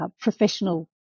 professional –